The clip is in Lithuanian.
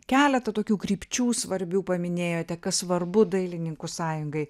keletą tokių krypčių svarbių paminėjote kas svarbu dailininkų sąjungai